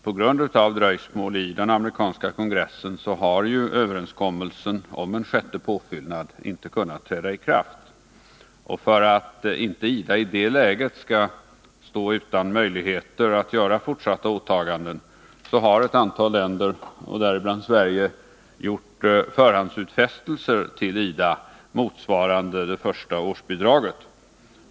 På grund av dröjsmål i den amerikanska kongressen har överenskommelsen om en sjätte påfyllnad inte kunnat träda i kraft. Och för att IDA i det läget inte skall stå utan möjligheter att göra fortsatta åtaganden har ett antal länder, däribland Sverige, gjort förhandsutfästelser till IDA motsvarande det första årsbidraget.